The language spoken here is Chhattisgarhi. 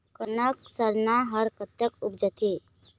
कनक सरना हर कतक उपजथे?